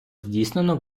здійснено